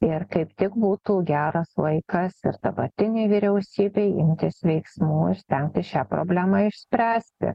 ir kaip tik būtų geras laikas ir dabartinei vyriausybei imtis veiksmų ir stengtis šią problemą išspręsti